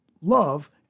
love